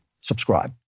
subscribe